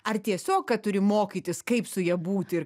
ar tiesiog kad turi mokytis kaip su ja būti ir